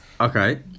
Okay